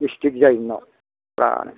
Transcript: gastric जायो नोंनाव जानो बिराद